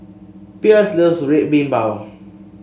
Pierce loves Red Bean Bao